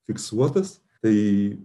fiksuotas tai